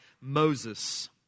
Moses